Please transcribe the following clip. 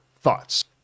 thoughts